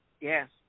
Yes